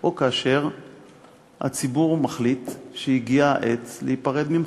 או כאשר הציבור מחליט שהגיעה העת להיפרד ממך.